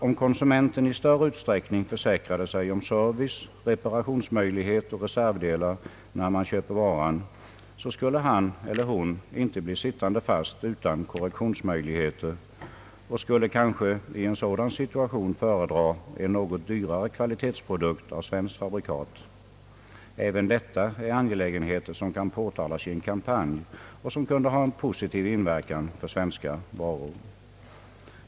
Om konsumenten i större utsträckning försäkrade sig om service, reparationsmöjlighet och reservdelar innan en vara inköptes, skulle han eller hon inte bli sittande fast utan korrektionsmöjligheter. Konsumenten skulle kanske i en sådan situation föredra marknaden en något dyrare kvalitetsprodukt av svenskt fabrikat. även detta är angelägenheter som kan påtalas i en kampanj och som kan ha positiv inverkan på intresset för svenska varor.